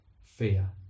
fear